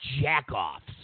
jack-offs